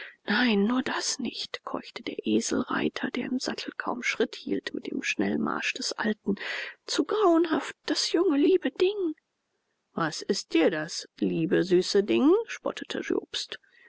nein nur das nicht keuchte der eselreiter der im sattel kaum schritt hielt mit dem schnellmarsch des alten zu grauenhaft das junge liebe ding was ist dir das liebe süße ding spottete